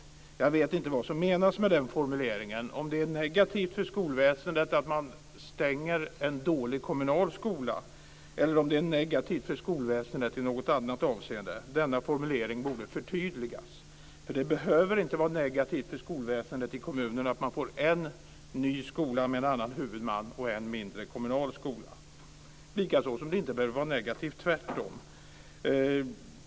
Jag vet inte vad som menas med den formuleringen, om det är negativt för skolväsendet att man stänger en dålig kommunal skola, eller om det är negativt för skolväsendet i något annat avseende. Denna formulering borde förtydligas. Det behöver nämligen inte vara negativt för skolväsendet i kommunen att man får en ny skola med en annan huvudman och en mindre kommunal skola. Det behöver inte vara negativt - tvärtom.